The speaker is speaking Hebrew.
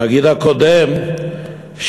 הנגיד הקודם,